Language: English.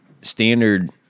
standard